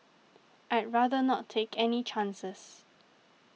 I'd rather not take any chances